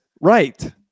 Right